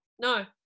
no